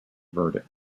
verdict